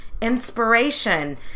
inspiration